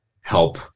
help